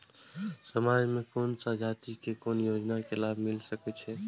समाज में कोन सा जाति के कोन योजना के लाभ मिल सके छै?